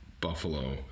Buffalo